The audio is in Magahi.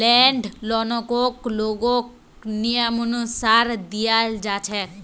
लैंड लोनकको लोगक नियमानुसार दियाल जा छेक